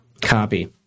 Copy